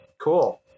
Cool